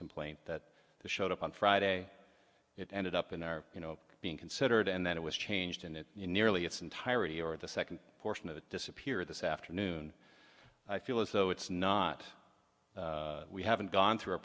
complaint that showed up on friday it ended up in our you know being considered and then it was changed and it nearly its entirety or the second portion of it disappeared this afternoon i feel as though it's not we haven't gone through a